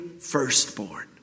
firstborn